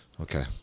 okay